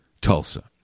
Tulsa